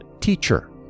teacher